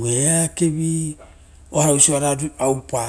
oeakevi oa oiso a oupa